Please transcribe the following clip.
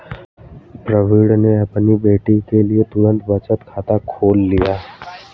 प्रवीण ने अपनी बेटी के लिए तुरंत बचत खाता खोल लिया